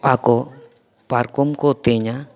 ᱠᱚᱲᱟᱠᱚ ᱯᱟᱨᱠᱚᱢ ᱠᱚ ᱛᱮᱧᱟ